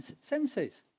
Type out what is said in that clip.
senses